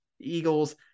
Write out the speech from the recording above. Eagles